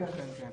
המבוטחים, כן.